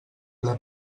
ple